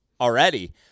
already